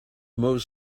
more